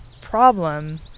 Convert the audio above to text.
problem